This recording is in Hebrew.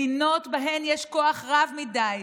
מדינות שבהן יש כוח רב מדי,